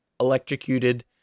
electrocuted